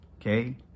okay